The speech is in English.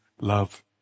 love